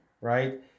right